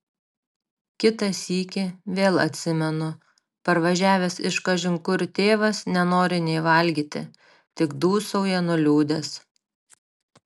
kitą sykį vėl atsimenu parvažiavęs iš kažin kur tėvas nenori nė valgyti tik dūsauja nuliūdęs